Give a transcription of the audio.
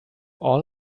all